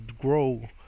grow